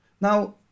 now